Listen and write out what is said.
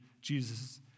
Jesus